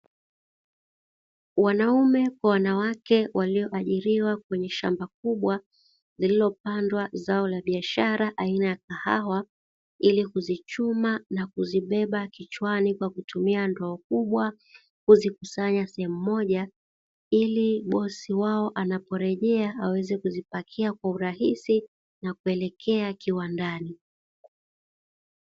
Wanaume kwa wanawake waliojiriwa kwenye shamba kubwa lililopandwa zao la biashara aina ya kahawa ili kuzichuma na kuzibeba kichwani kwa kutumia ndoo kubwa, kuzikusanya sehemu moja ili bosi wao anaporejea aweze kuzipakia kwa urahisi na kuelekea kiwandani.